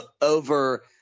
over